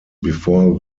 before